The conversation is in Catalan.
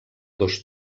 dos